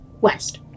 west